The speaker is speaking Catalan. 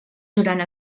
durant